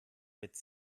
mit